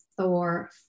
Thor